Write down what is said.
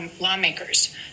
lawmakers